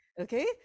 Okay